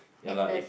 ya lah if